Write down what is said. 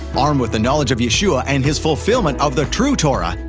armed with the knowledge of yeshua and his fulfillment of the true torah,